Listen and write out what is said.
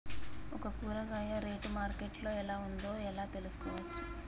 ఒక కూరగాయ rate market లో ఎలా ఉందో ఎలా తెలుసుకోవచ్చు?